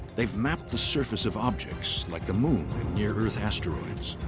they've mapped the surface of objects, like the moon and near-earth asteroids.